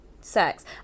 sex